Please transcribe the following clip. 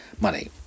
money